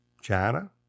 China